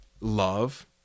love